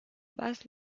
was